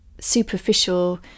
superficial